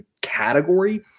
category